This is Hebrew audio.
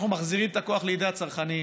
אנחנו מחזירים את הכוח לידי הצרכנים.